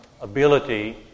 ability